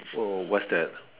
so what's that